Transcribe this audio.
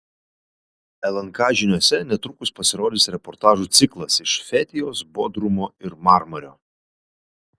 lnk žiniose netrukus pasirodys reportažų ciklas iš fetijos bodrumo ir marmario